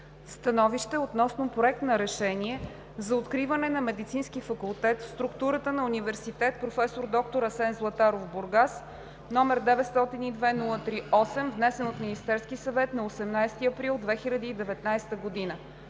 да приеме Проект на решение за откриване на Медицински факултет в структурата на Университет „Проф. д-р Асен Златаров“ – Бургас, № 902-03-8, внесен от Министерския съвет на 18 април 2019 г.“